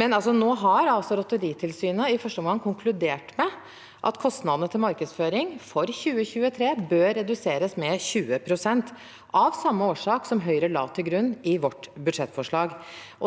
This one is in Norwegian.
Nå har altså Lotteritilsynet i første omgang konkludert med at kostnadene til markedsføring for 2023 bør reduseres med 20 pst., av samme årsak som Høyre la til grunn i vårt budsjettforslag.